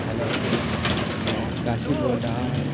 hello میں کاشف بول رہا ہوں